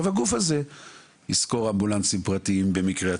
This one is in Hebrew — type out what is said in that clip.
הגוף הזה ישכור אמבולנסים פרטיים במקרי הצורך,